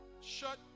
shut